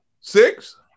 Six